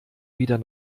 wieder